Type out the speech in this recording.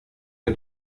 der